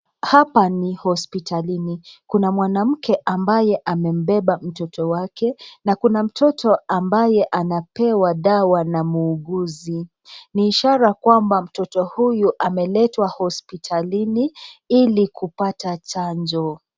Hapa ni hospitalini, kuna mwanamke ambaye amebeba mtoto wake, na kuna mtoto ambaye anapewa dawa na muuguzi. Ni ishara kwamba mtoto huyu ameletwa hospitalini ili kupata chanjo.